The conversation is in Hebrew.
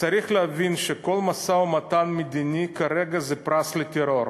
צריך להבין שכל משא-ומתן מדיני כרגע זה פרס לטרור.